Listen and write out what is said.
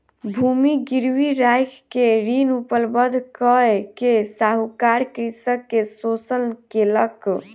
भूमि गिरवी राइख के ऋण उपलब्ध कय के साहूकार कृषक के शोषण केलक